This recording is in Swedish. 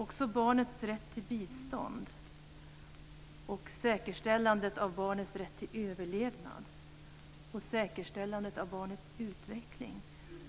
Också artiklarna om barnets rätt till bistånd, säkerställandet av barnets rätt till överlevnad och säkerställandet av barnets utveckling